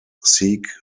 seek